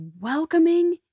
welcoming